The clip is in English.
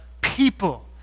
people